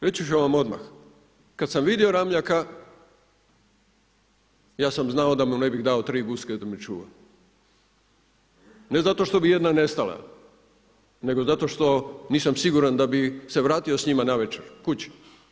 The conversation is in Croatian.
Reći ću vam odmah, kada sam vidio Ramljaka ja sam znamo da mu ne bi dao tri guske da mi čuva, ne zato što bi jedna nestala, nego zato što nisam siguran da bi se vratio s njima navečer kući.